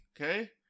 Okay